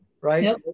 right